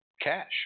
cash